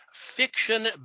Fiction